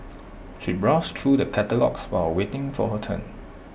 she browsed through the catalogues while waiting for her turn